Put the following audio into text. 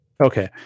Okay